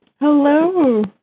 Hello